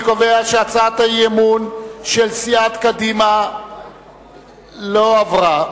אני קובע שהצעת האי-אמון של סיעת קדימה לא עברה.